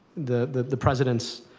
the the president's